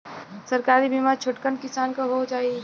सरकारी बीमा छोटकन किसान क हो जाई?